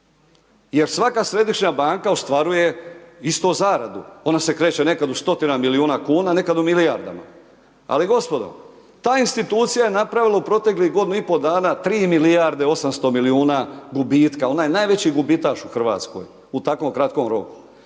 Jer svaka središnja banka ostvaruje istu zaradu ona se kreće nekad u stotinama milijuna kuna, nekad u milijardama, ali gospodo ta institucija je napravila u proteklih godinu i pol dana 3 milijarde 800 milijuna gubitka, ona je najveći gubitaš u Hrvatskoj u takvom kratkom roku.